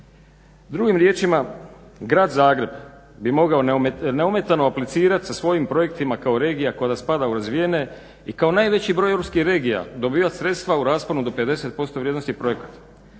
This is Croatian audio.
Drugim riječima grad Zagreb bi mogao neometano aplicirati sa svojim projektima kao regija koja spada u razvijene i kao najveći broj europskih regija dobivat sredstva u rasponu do 50% vrijednosti projekata.